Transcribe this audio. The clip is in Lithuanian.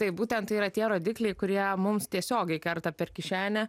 taip būtent tai yra tie rodikliai kurie mums tiesiogiai kerta per kišenę